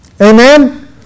Amen